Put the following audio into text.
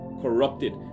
corrupted